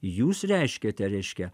jūs reiškiate reiškia